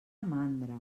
mandra